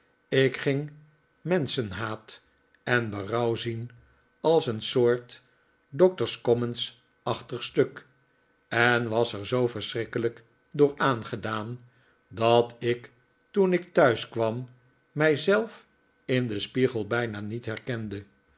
ik ging menschenhaat en berouw zien als een soort doctors commons aehtig stuk en was er zoo verschrikkelijk door aangedaan dat ik toen ik thuis kwam mij zelf in den spiegel bijna niet herkende